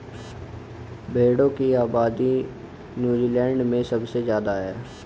भेड़ों की आबादी नूज़ीलैण्ड में सबसे ज्यादा है